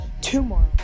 tomorrow